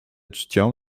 czcią